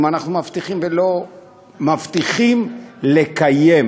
אם אנחנו מבטיחים ולא מבטיחים לקיים?